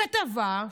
בכתבה,